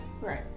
Right